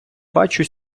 бачу